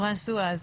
פרנסואז,